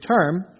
term